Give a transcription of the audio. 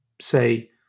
say